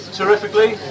terrifically